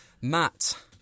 Matt